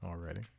already